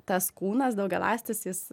tas kūnas daugialąstis jis